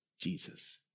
Jesus